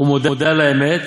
ומודה על האמת,